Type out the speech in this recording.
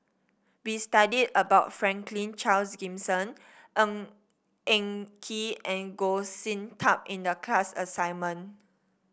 we studied about Franklin Charles Gimson Ng Eng Kee and Goh Sin Tub in the class assignment